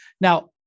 Now